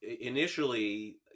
initially